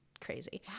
crazy